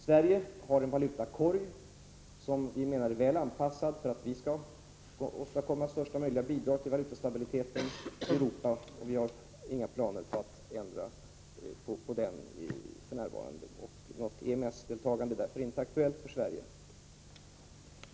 Sverige har en valutakorg, som enligt vår mening är väl anpassad för att vi skall kunna åstadkomma största möjliga bidrag till valutastabiliteten i Europa. Vi har för närvarande inga planer på att ändra den, och något EMS-deltagande är därför inte aktuellt för Sverige.